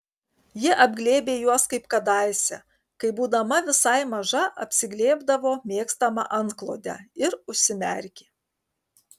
ji apglėbė juos kaip kadaise kai būdama visai maža apsiglėbdavo mėgstamą antklodę ir užsimerkė